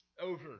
over